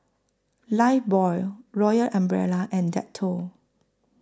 Lifebuoy Royal Umbrella and Dettol